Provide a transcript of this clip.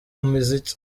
imiziki